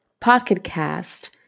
Podcast